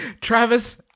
Travis